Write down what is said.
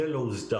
זה לא הוסדר,